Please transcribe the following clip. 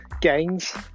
gains